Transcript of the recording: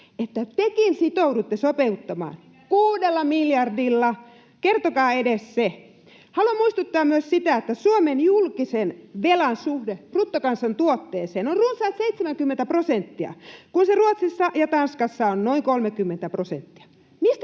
että tekin sitoudutte sopeuttamaan kuudella miljardilla? Kertokaa edes se. Haluan muistuttaa myös siitä, että Suomen julkisen velan suhde bruttokansantuotteeseen on runsaat 70 prosenttia, kun se Ruotsissa ja Tanskassa on noin 30 prosenttia. Mistä